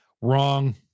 Wrong